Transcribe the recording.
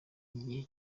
igihe